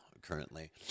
currently